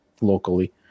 locally